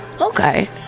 okay